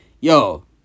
yo